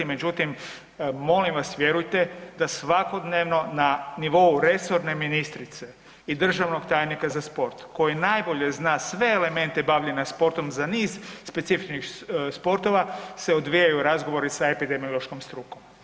Međutim, molim vas vjerujte da svakodnevno na nivou resorne ministrice i državnog tajnika za sport koji najbolje zna sve elemente bavljenja sporta za niz specifičnih sportova se odvijaju razgovori sa epidemiološkom strukom.